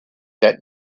that